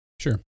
Sure